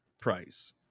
price